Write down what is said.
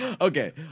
Okay